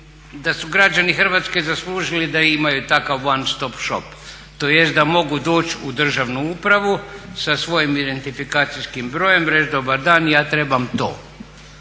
da su građani Hrvatske zaslužili da imaju takav one stop shop, tj. da mogu doći u državnu upravu sa svojim identifikacijskim brojem, reći dobar dan, ja trebam to.